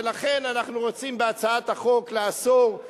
ולכן בהצעת החוק אנחנו רוצים לאסור על